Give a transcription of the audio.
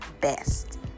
best